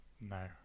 no